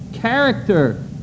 Character